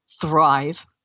thrive